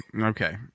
okay